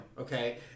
Okay